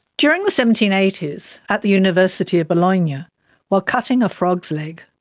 during the seventeen eighty s at the university of bologna, while cutting a frog's leg,